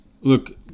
look